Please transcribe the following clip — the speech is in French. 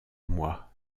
moi